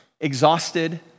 exhausted